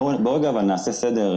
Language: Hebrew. אבל בואו נעשה סדר,